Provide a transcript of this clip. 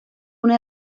una